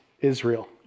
Israel